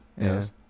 yes